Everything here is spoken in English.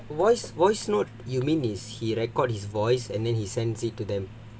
but voice voice note you mean is he record his voice and then his sends it to them